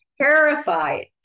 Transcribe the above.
terrified